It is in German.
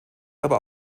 aber